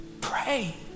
Pray